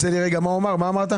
רגע, מה הוא אמר, מה אמרת?